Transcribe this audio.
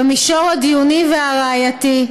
במישור הדיוני והראייתי,